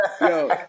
Yo